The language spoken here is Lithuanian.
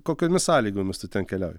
kokiomis sąlygomis tu ten keliauji